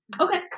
okay